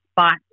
spot